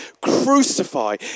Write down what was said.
crucify